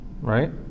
right